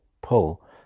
pull